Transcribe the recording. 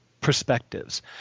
perspectives